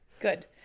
Good